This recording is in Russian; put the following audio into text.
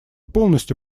полностью